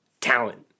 talent